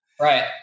Right